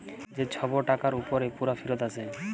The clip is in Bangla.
যে ছব টাকার উপরে পুরা ফিরত আসে